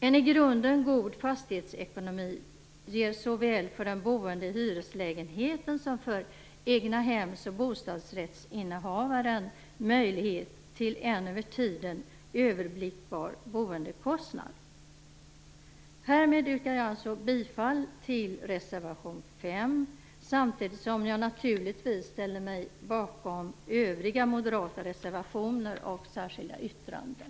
En i grunden god fastighetsekonomi ger såväl för den boende i hyreslägenheten som för egnahems och bostadsrättsinnehavaren möjlighet till en över tiden överblickbar boendekostnad. Härmed yrkar jag bifall till reservation 5, samtidigt som jag naturligtvis ställer mig bakom övriga moderata reservationer och särskilda yttranden.